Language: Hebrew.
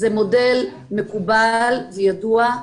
זה מודל מקובל וידוע.